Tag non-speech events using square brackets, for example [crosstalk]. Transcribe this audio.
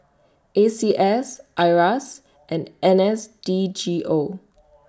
A C S IRAS and N S D G O [noise]